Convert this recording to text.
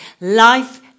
life